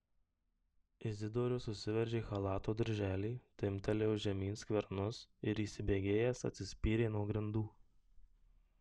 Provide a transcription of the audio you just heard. izidorius susiveržė chalato dirželį timptelėjo žemyn skvernus ir įsibėgėjęs atsispyrė nuo grindų